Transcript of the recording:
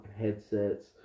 headsets